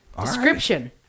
Description